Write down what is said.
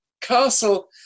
castle